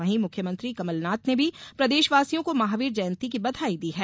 वहीं मुख्यमंत्री कमलनाथ ने भी प्रदेशवासियों को महावीर जयंती की बधाई दी है